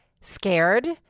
scared